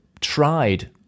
tried